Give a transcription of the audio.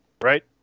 Right